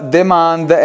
demand